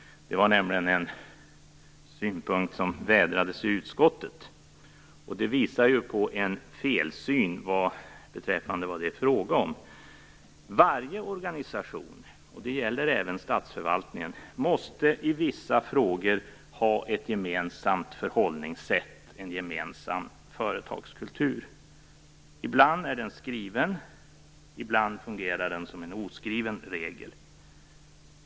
Det var nämligen en synpunkt som vädrades i utskottet. Detta visar på en felsyn på vad det är fråga om. Varje organisation - och det gäller även statsförvaltningen - måste i vissa frågor ha ett gemensamt förhållningssätt och en gemensam företagskultur. Ibland är den skriven, ibland fungerar den som en oskriven regel.